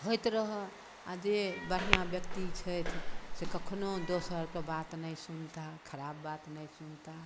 होइत रहह आ जे बढ़िआँ व्यक्ति छथि से कखनहु दोसरके बात नहि सुनताह खराब बात नहि सुनताह